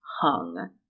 hung